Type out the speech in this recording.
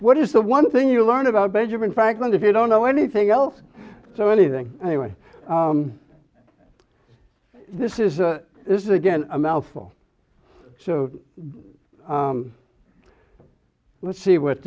what is the one thing you learned about benjamin franklin if you don't know anything else so anything anyway this is a this is again a mouthful so let's see what